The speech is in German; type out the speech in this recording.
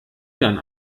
dann